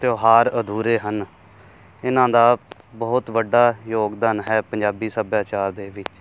ਤਿਉਹਾਰ ਅਧੂਰੇ ਹਨ ਇਹਨਾਂ ਦਾ ਬਹੁਤ ਵੱਡਾ ਯੋਗਦਾਨ ਹੈ ਪੰਜਾਬੀ ਸੱਭਿਆਚਾਰ ਦੇ ਵਿੱਚ